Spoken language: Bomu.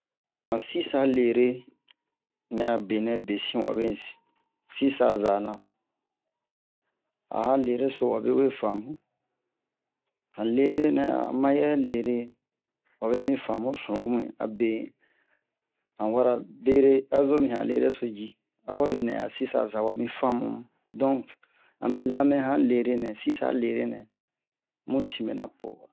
han sisa lere nɛ a benɛ besin wabe si-sisa zana a han lere so wabe we faamu han lere nɛ a mayɛ lere wabe mi faamu sunuwo mu'in abe han wara bere a zomin han lereso ji abenɛ a sisa za wami faamu donc amɛ lamɛ han lere-nɛ sisa lere-nɛ mu sin mɛna po